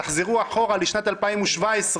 תחזרו אחורה לשנת 2017,